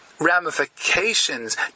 ramifications